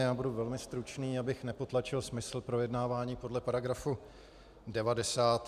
Já budu velmi stručný, abych nepotlačil smysl projednávání podle § 90.